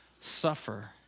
suffer